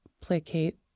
placate